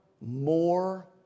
more